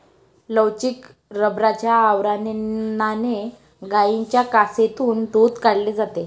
लवचिक रबराच्या आवरणाने गायींच्या कासेतून दूध काढले जाते